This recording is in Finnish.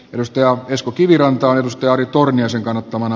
edustaja esko kiviranta nosti ari torniaisen kannattamana